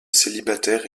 célibataire